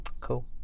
Cool